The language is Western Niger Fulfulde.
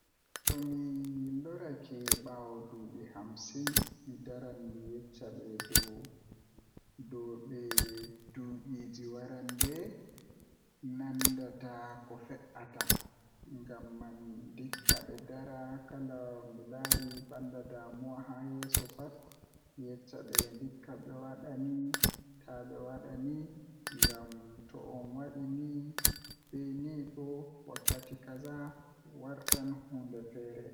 Tomi lori baawo ɗuuɓi hamsin mi daran mi yecca be dow ɗobe duɓiiji warande ndandanda ko fe'ata, ngamman ndikka be Dara kala ko milari banda damuwa haa yeso pat mi yecca ɓe ndikka ɓe waɗa ni taawaɗe ni ngam to on waɗi ni ɗo be wakkati kaza wawan warta huunde feere.